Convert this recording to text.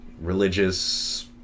religious